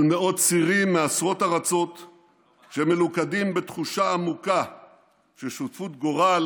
של מאות צירים מעשרות ארצות שמלוכדים בתחושה העמוקה של שותפות גורל